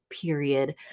period